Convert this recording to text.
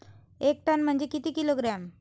एक टन म्हनजे किती किलोग्रॅम?